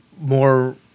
more